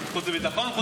החוץ והביטחון?